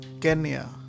Kenya